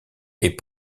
est